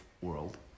world